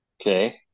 Okay